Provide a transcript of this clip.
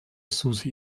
susi